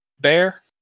bear